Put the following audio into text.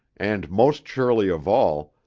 and most surely of all,